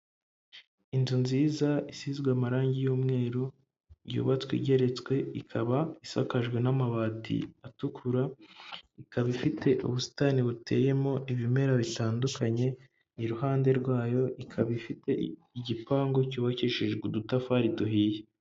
Inzu nziza isizwe amarangi y'umweru yubatswe igereretswe, ikaba isakajwe n'amabati atukura, ikaba ifite ubusitani buteyemo ibimera bitandukanye, iruhande rwayo ikaba ifite igipangu cyubakishijwe udutafari duhiye.